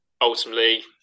ultimately